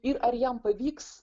ir ar jam pavyks